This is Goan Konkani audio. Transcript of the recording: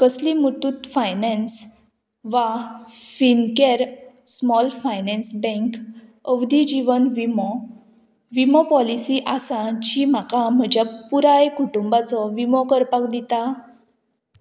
कसली मुथूत फायनान्स वा फिनकेअर स्मॉल फायनान्स बँक अवधी जिवन विमो विमो पॉलिसी आसा जी म्हाका म्हज्या पुराय कुटुंबाचो विमो करपाक दिता